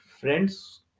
friends